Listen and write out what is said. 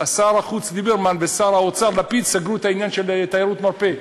שר החוץ ליברמן ושר האוצר לפיד סגרו את העניין של תיירות מרפא.